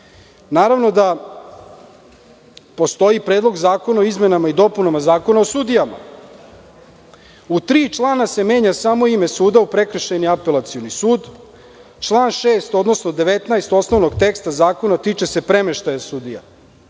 radite. Naravno da postoji Predlog zakona o izmenama i dopunama Zakona o sudijama. U tri člana se menja samo ime suda - u prekršajni apelacioni sud. Član 6. odnosno 19. osnovnog teksta zakona tiče se premeštaja sudija.